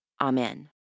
Amen